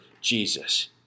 Jesus